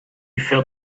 felt